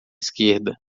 esquerda